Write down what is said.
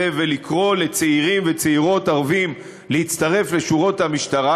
ולקרוא לצעירים ולצעירות ערבים להצטרף לשורות המשטרה,